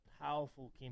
powerful